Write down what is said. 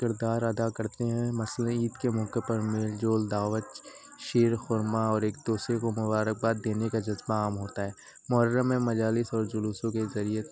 کردار ادا کرتے ہیں مثلاً عید کے موقع پر میل جول دعوت شیر خورمہ اور ایک دوسرے کو مبارک بعد دینے کا جذبہ عام ہوتا ہے محرم میں مجالس اور جلوسوں کے ذریعے